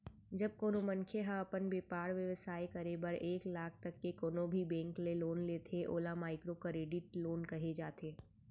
जब कोनो मनखे ह अपन बेपार बेवसाय करे बर एक लाख तक के कोनो भी बेंक ले लोन लेथे ओला माइक्रो करेडिट लोन कहे जाथे